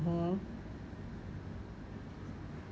mmhmm